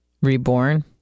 reborn